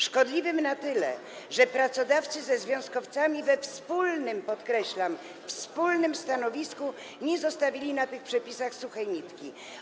Szkodliwych na tyle, że pracodawcy ze związkowcami we wspólnym - podkreślam: wspólnym - stanowisku nie zostawili na tych przepisach suchej nitki.